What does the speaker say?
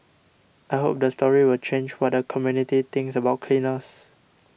I hope the story will change what the community thinks about cleaners